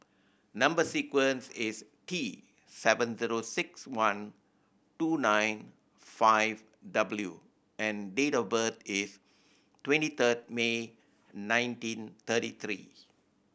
number sequence is T seven zero six one two nine five W and date of birth is twenty third May nineteen thirty three